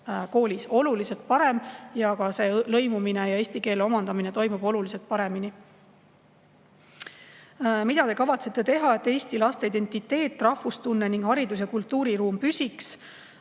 koolis. Ja ka lõimumine ja eesti keele omandamine toimuks oluliselt paremini. "Mida te kavatsete teha, et eesti laste identiteet, rahvustunne ning haridus- ja kultuuriruum püsiks?"